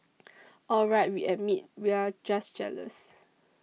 all right we admit we're just jealous